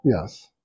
Yes